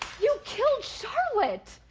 you killed charlotte!